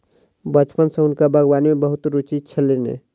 बचपने सॅ हुनका बागवानी में बहुत रूचि छलैन